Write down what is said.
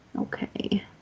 Okay